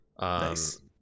Nice